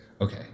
okay